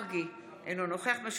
אינו נוכח יעקב מרגי,